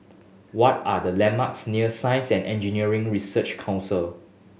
what are the landmarks near Science and Engineering Research Council